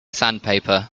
sandpaper